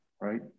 right